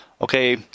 okay